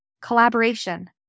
collaboration